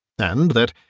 and that,